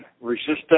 resistant